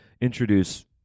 introduce